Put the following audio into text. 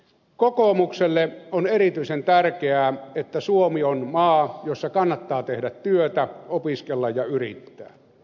kokoomukselle on erityisen tärkeää että suomi on maa jossa kannattaa tehdä työtä opiskella ja yrittää